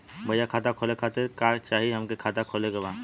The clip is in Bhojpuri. भईया खाता खोले खातिर का चाही हमके खाता खोले के बा?